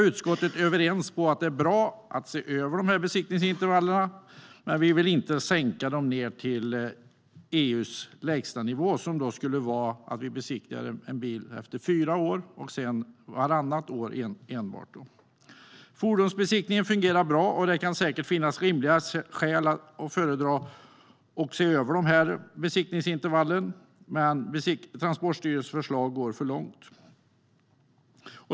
Utskottet är överens om att det är bra att se över besiktningsintervallen, men vi vill inte sänka dem till EU:s lägsta nivå, vilket skulle innebära att vi besiktigar en ny bil efter fyra år och sedan enbart vartannat år. Fordonsbesiktningen fungerar bra, och det kan säkert finnas rimliga skäl att se över och förändra dessa besiktningsintervall, men Transportstyrelsens förslag går för långt.